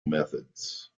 methods